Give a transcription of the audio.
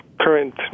current